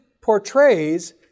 portrays